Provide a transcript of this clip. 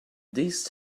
these